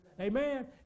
Amen